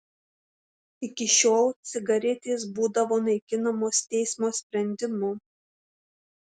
iki šiol cigaretės būdavo naikinamos teismo sprendimu